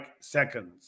seconds